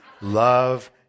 Love